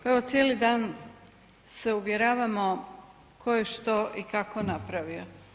Pa evo cijeli dan se uvjeravamo tko je što i kako napravio.